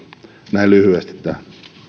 näin lyhyesti tähän